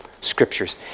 scriptures